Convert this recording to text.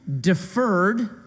deferred